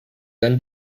then